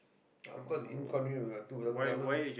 of course inconvenient we got two I mean